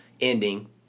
ending